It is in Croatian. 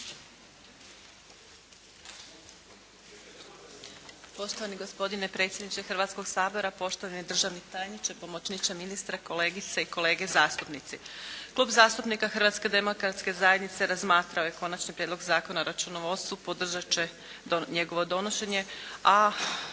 Poštovani gospodine predsjedniče Hrvatskog sabora, poštovani državni tajniče, pomoćniče ministra, kolegice i kolege zastupnici. Klub zastupnika Hrvatske demokratske zajednice razmatrao je Konačni prijedlog Zakona o računovodstvu, podržat će njegovo donošenje,